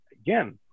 Again